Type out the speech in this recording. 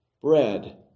bread